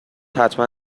حتما